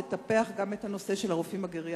גם את טיפוח הנושא של הרופאים הגריאטריים.